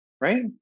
right